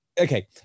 okay